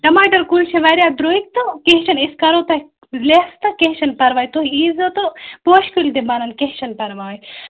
ٹماٹَر کُلۍ چھِ واریاہ درٛوٚگۍ تہِ کیٚنہہ چھِنہٕ أسۍ کَرَو تۄہہِ لیس تہِ کیٚنہہ چھِنہٕ پرواے تُہۍ اِیٖزیو تہٕ پوشہِ کُلۍ تہِ بَنَن کیٚنہہ چھُنہٕ پرواے